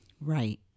right